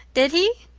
did he?